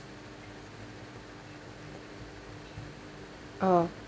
oh